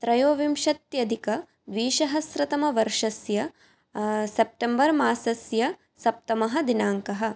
त्रयोविंशतयधिक द्विसहस्रतमवर्षस्य सप्टेम्बर् मासस्य सप्तमः दिनाङ्कः